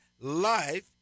life